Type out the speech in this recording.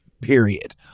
Period